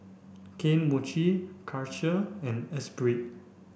Kane Mochi Karcher and Espirit